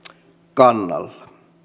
kannalla